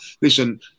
listen